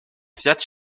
fiat